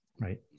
right